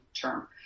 term